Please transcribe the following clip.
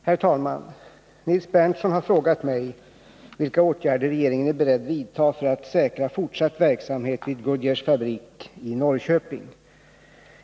Herr talman! Nils Berndtson har frågat mig vilka åtgärder regeringen är beredd vidta för att säkra fortsatt verksamhet vid Goodyears fabrik i Norrköping.